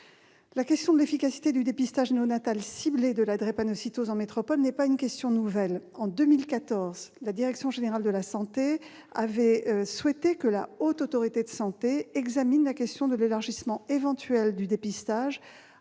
La question de l'efficacité du dépistage néonatal ciblé de la drépanocytose en métropole n'est pas nouvelle. En 2014, la direction générale de la santé avait souhaité que la Haute Autorité de santé examine la question de l'élargissement éventuel du dépistage